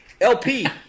LP